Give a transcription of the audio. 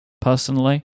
personally